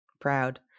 proud